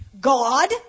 God